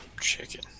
Chicken